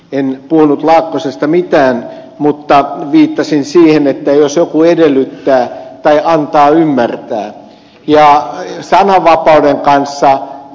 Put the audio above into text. en puhunut laakkosesta mitään mutta viittasin siihen että jos joku edellyttää tai antaa ymmärtää ja sähkö levyn hämyssä e